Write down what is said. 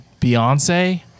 Beyonce